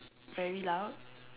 very loud